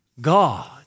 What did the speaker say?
God